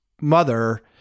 mother